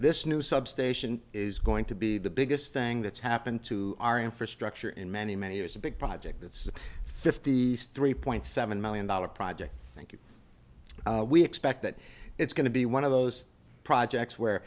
this new substation is going to be the biggest thing that's happened to our infrastructure in many many years a big project that's fifty story point seven million dollars project thank you we expect that it's going to be one of those projects